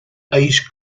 ice